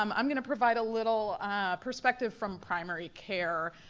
um i'm gonna provide a little perspective from primary care.